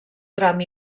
tram